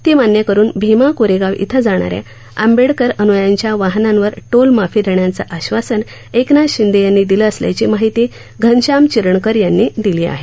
ती मान्य करुन भिमा कोरेगाव इथं जाणाऱ्या आंबेडकर अनुयायांच्या वाहनांनार टोलमाफी देण्याचं आश्वासन एकनाथ शिंदे यांनी दिलं असल्याची माहिती घनश्याम चिरणकर यांनी दिली आहे